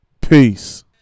Peace